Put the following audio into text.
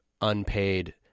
unpaid